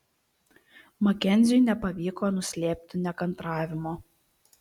makenziui nepavyko nuslėpti nekantravimo